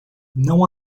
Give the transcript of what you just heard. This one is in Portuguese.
não